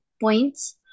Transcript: points